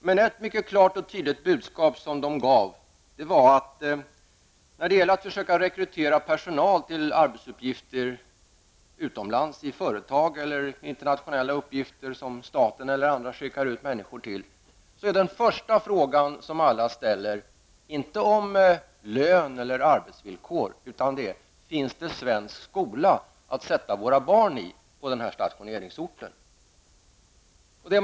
De gav ett mycket klart och tydligt budskap: När det gäller att rekrytera personal till arbetsuppgifter i företag utomlands eller internationella uppgifter som staten eller andra organisationer skickar ut människor till gäller den första fråga som alla ställer inte lön och arbetsvillkor utan om det finns en svensk skola på stationeringsorten att sätta barnen i.